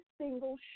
single